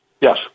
Yes